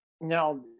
now